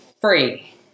free